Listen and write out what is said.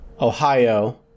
ohio